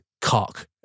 cock